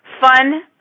Fun